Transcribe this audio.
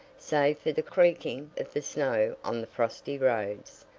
save for the creaking of the snow on the frosty roads,